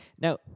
Now